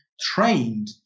trained